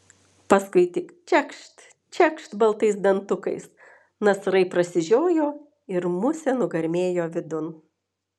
paskui tik čekšt čekšt baltais dantukais nasrai prasižiojo ir musė nugarmėjo vidun